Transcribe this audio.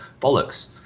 bollocks